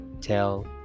tell